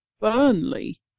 Burnley